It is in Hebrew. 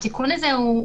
התיקון הזה,